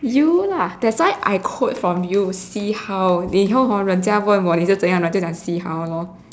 you lah that's why I quote from you see how 你以后 hor 人家问我你怎样我就讲 see how lor